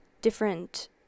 different